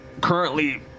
currently